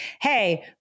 Hey